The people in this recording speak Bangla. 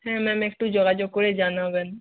হ্যাঁ ম্যাম একটু যোগাযোগ করে জানাবেন